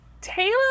Taylor